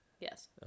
Yes